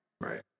Right